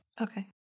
Okay